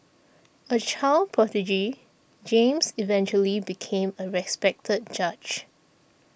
a child prodigy James eventually became a respected judge